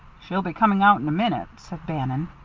she'll be coming out in a minute, said bannon.